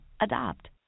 Adopt